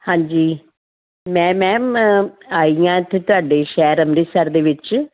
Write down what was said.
ਹਾਂਜੀ ਮੈਂ ਮੈਮ ਆਈ ਹਾਂ ਇੱਥੇ ਤੁਹਾਡੇ ਸ਼ਹਿਰ ਅੰਮ੍ਰਿਤਸਰ ਦੇ ਵਿੱਚ